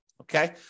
Okay